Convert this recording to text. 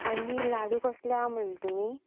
आनी लाडू कसले आहा म्हणले तुमी